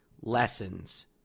lessons